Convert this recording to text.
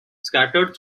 scattered